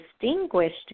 distinguished